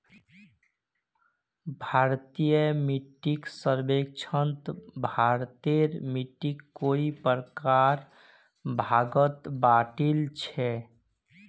भारतीय मिट्टीक सर्वेक्षणत भारतेर मिट्टिक कई प्रकार आर भागत बांटील छे